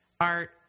art